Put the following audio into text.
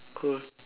cool